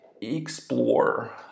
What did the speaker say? explore